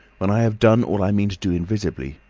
when i have done all i mean to do invisibly.